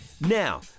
Now